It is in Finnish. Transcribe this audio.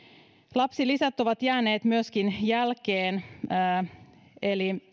lapsilisät ovat myöskin jääneet jälkeen eli